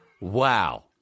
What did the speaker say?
wow